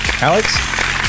Alex